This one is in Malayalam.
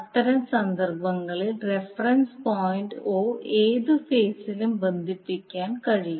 അത്തരം സന്ദർഭങ്ങളിൽ റഫറൻസ് പോയിന്റ് o ഏത് ഫേസിലും ബന്ധിപ്പിക്കാൻ കഴിയും